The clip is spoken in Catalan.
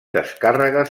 descàrregues